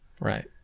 Right